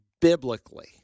biblically